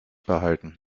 behalten